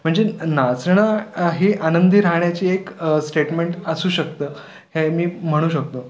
म्हणजे नाचणं हे आनंदी राहण्याची एक स्टेटमेंट असू शकतं हे मी म्हणू शकतो